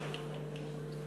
להזמין